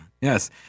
yes